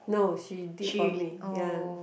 no she did for me ya